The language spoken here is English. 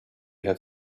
have